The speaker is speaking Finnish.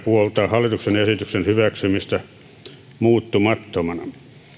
puoltaa hallituksen esityksen hyväksymistä muuttamattomana